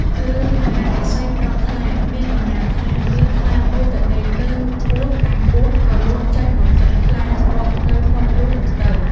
រឿង មហាឫសីប្រោសខ្លា មានដំណាលថា មានខ្លាមួយទៅដេកលើរូងពស់ ឯពស់ក៏លូនចេញមកចឹកខ្លាងាប់នៅមាត់រូងនោះទៅ។